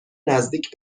نزدیک